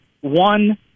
one